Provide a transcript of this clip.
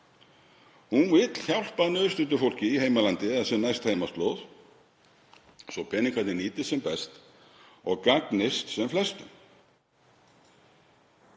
Hún vill hjálpa nauðstöddu fólki í heimalandi þess eða sem næst heimaslóð svo að peningarnir nýtist sem best og gagnist sem flestum.